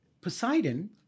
Poseidon